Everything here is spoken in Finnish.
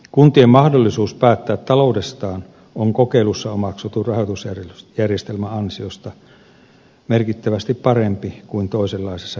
kuntien mahdollisuus päättää taloudestaan on kokeilussa omaksutun rahoitusjärjestelmän ansiosta merkittävästi parempi kuin toisenlaisessa järjestelmässä